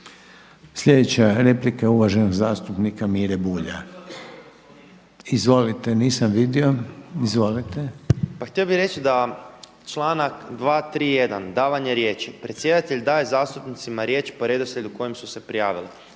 Sljedeća replika je uvaženog zastupnika Mire Bulja. Izvolite nisam vidio. **Pernar, Ivan (Živi zid)** Pa htio bih reći da članak 231. davanje riječi: „Predsjedatelj daje zastupnicima riječ po redoslijedu po kojem su se prijavili.